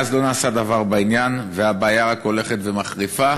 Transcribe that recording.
מאז לא נעשה דבר בעניין, והבעיה רק הולכת ומחריפה,